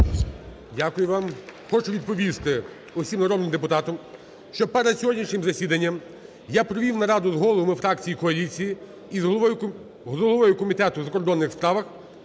Дякую вам. Хочу відповісти всім народним депутатам, що перед сьогоднішнім засіданням я провів нараду з головами фракцій коаліції і з головою Комітету у закордонних справах.